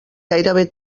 gairebé